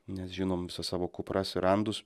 nes žinom visas savo kupras ir randus